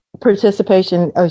participation